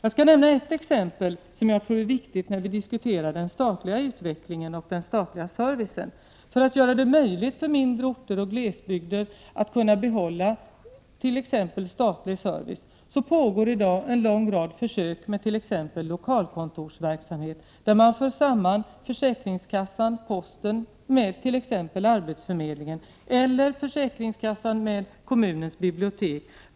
Jag skall nämna ett exempel som jag tror är viktigt när vi diskuterar den statliga utvecklingen och den statliga servicen. För att göra det möjligt för mindre orter och glesbygder att behålla t.ex. statlig service pågår det i dag en lång rad försök med t.ex. lokalkontorsverksamhet där man för samman försäkringskassan och posten med t.ex. arbetsförmedlingen eller försäkringskassan med kommunens bibliotek.